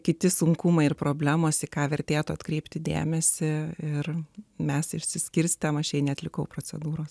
kiti sunkumai ir problemos į ką vertėtų atkreipti dėmesį ir mes išsiskirstėme aš neatlikau procedūros